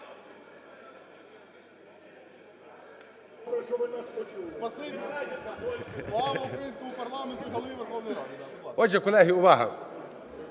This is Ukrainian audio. Отже, колеги, увага!